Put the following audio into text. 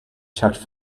checked